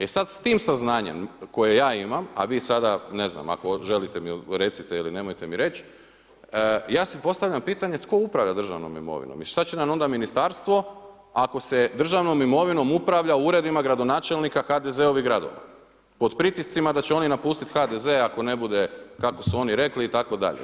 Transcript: E sad, s tim saznanjem koje ja imam, a vi sada ne znam, ako želite mi recite ili nemojte mi reći, ja si postavljam pitanje tko upravlja državnom imovinom i što će nam onda ministarstvo ako se državnom imovinom upravlja u uredima gradonačelnika HDZ-ovih gradova pod pritiscima da će oni napustiti HDZ ako ne bude kako su oni rekli itd.